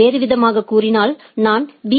வேறுவிதமாகக் கூறினால் நான் பி